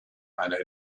einer